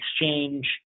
exchange